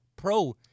Pro